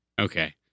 Okay